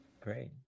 Great